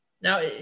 Now